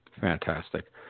Fantastic